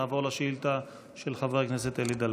נעבור לשאילתה של חבר הכנסת אלי דלל.